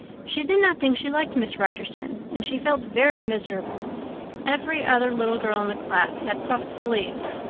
she did not think she liked miss rogerson, and she felt very miserable every other little girl in the class had puffed sleeves.